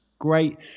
great